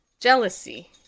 jealousy